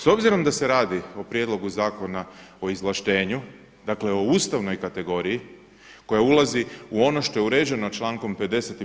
S obzirom da se radi o prijedlogu zakona o izvlaštenju dakle o ustavnoj kategoriji koja ulazi u ono što je uređeno člankom 50.